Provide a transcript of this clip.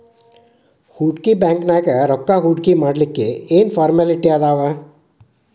ಹೂಡ್ಕಿ ಬ್ಯಾಂಕ್ನ್ಯಾಗ್ ರೊಕ್ಕಾ ಹೂಡ್ಕಿಮಾಡ್ಲಿಕ್ಕೆ ಏನ್ ಏನ್ ಫಾರ್ಮ್ಯಲಿಟಿ ಅದಾವ?